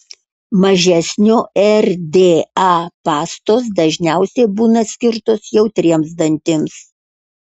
mažesnio rda pastos dažniausiai būna skirtos jautriems dantims